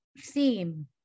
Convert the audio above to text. theme